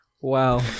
wow